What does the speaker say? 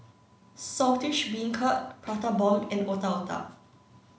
Saltish Beancurd Prata Bomb and Otak Otak